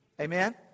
Amen